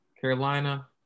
Carolina